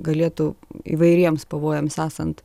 galėtų įvairiems pavojams esant